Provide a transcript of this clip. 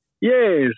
yes